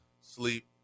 sleep